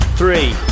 three